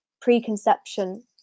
preconception